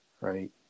right